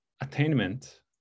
attainment